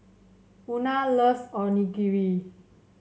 Una loves Onigiri